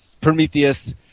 Prometheus